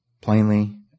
plainly